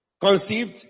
conceived